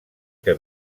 que